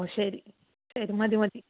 ഓ ശരി ശരി മതി മതി